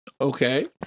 Okay